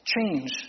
change